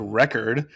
record